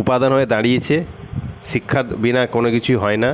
উপাদান হয়ে দাঁড়িয়েছে শিক্ষার বিনা কোনো কিছুই হয় না